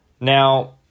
Now